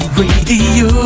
radio